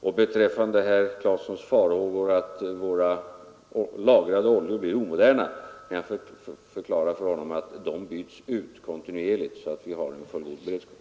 Och med anledning av herr Claesons farhågor för att våra lagrade oljor blir omoderna kan jag förklara för honom att de byts ut kontinuerligt så att vi har en fullgod beredskap.